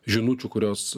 žinučių kurios